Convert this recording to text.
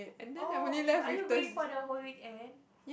oh are you going for the whole weekend